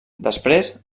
després